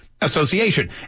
Association